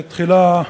תודה.